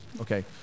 Okay